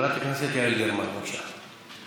חברת הכנסת יעל גרמן, בבקשה.